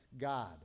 God